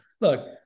Look